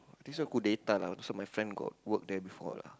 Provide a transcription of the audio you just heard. I think so Kudeta ah my friend got work there before lah